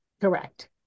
Correct